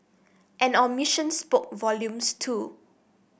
an omission spoke volumes too